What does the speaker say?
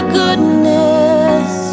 goodness